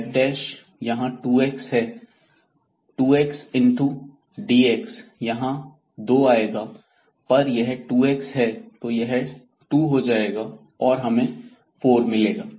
f यहां 2 x है 2 x into dx यहां दो आएगा पर यह 2 x है तो यह 2 हो जाएगा और हमे 4 मिलेगा